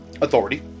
Authority